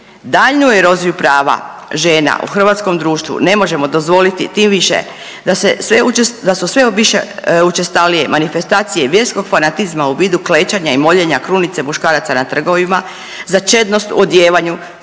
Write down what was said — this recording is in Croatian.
Daljnju eroziju prava žena u hrvatskom društvu ne možemo dozvoliti tim više da su sve više učestalije manifestacije vjerskog fanatizma u vidu klečanja i moljenja krunice muškaraca na trgovima, za čednost u odijevanju,